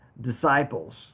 disciples